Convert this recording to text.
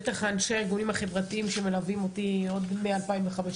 בטח אנשי הארגונים החברתיים שמלווים אותי עוד מ-2015.